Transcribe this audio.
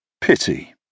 Pity